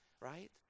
right